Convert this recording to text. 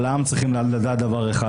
אבל העם צריך לדעת דבר אחד,